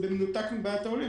זה במנותק מבעיית העולים,